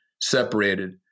separated